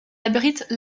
abrite